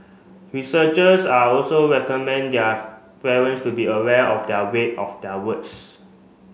researchers are also recommend their parents to be aware of the weight of their words